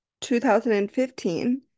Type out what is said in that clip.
2015